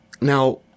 now